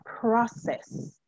process